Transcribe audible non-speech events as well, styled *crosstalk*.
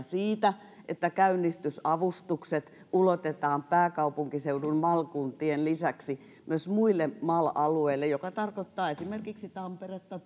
*unintelligible* siitä että käynnistysavustukset ulotetaan pääkaupunkiseudun mal kuntien lisäksi myös muille mal alueille mikä tarkoittaa esimerkiksi tamperetta *unintelligible*